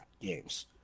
games